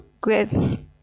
great